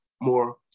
More